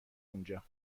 اونجا